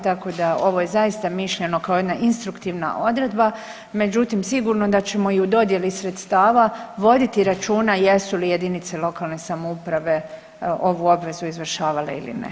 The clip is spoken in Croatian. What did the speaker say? Tako da ovo je zaista mišljeno kao jedna instruktivna odredba, međutim sigurno da ćemo i u dodjeli sredstava voditi računa jesu li jedinice lokalne samouprave ovu obvezu izvršavale ili ne.